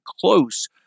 close